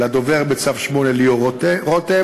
לדובר בצו 8 ליאור רותם,